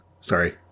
Sorry